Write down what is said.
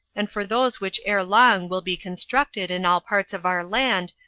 and for those which ere long will be constructed in all parts of our land,